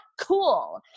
cool